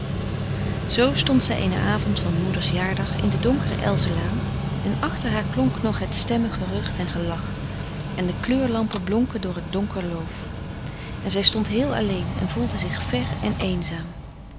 zoo stond zij eenen avond van moeders jaardag in de donkere elzenlaan en achter haar klonk nog het stemmengerucht en gelach en de kleur lampen blonken door t donker loof en zij stond heel alleen en voelde zich ver en eenzaam